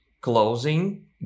closing